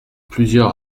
plusieurs